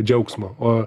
džiaugsmo o